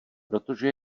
protože